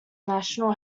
national